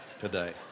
today